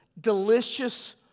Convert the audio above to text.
delicious